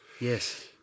yes